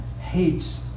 hates